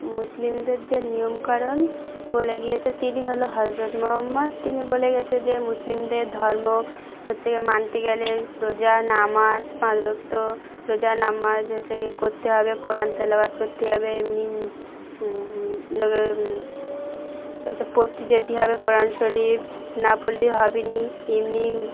মুসলিমদের যে নিয়মকরণ বলে গিয়েছে তিনি হলো হজরত মোহাম্মদ তিনি বলে গেছে যে মুসলিমদের ধর্ম হচ্ছে মানতে গেলে রোজা নামাজ পাঁচ ওক্ত রোজা নামাজ হচ্ছে গ করতে হবে কোরআন তেলাবাদ করতে হবে এমনি লোকের কাছে পড়তে যেতে হবে কোরআন শরীফ না পড়লেই হবে নি এমনি